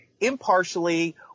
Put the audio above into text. impartially